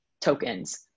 tokens